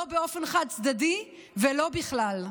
לא באופן חד-צדדי ולא בכלל.